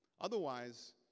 Otherwise